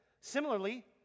similarly